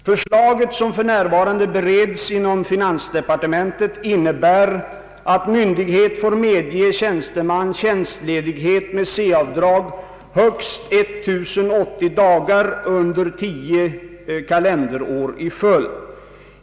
Förslaget, som för närvarande bereds inom finansdepartementet, innebär att myndighet får medge tjänsteman tjänstledighet med C-avdrag högst 1 080 dagar under tio kalenderår i följd.